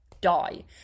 die